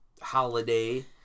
Holiday